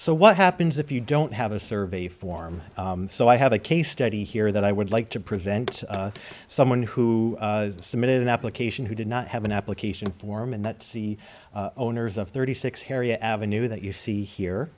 so what happens if you don't have a survey form so i have a case study here that i would like to prevent someone who submitted an application who did not have an application form and that c owners of thirty six harriet avenue that you see here